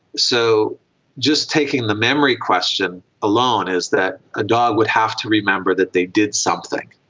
so just taking the memory question alone is that a dog would have to remember that they did something.